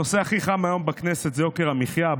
הנושא הכי חם היום בכנסת זה יוקר המחיה.